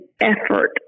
effort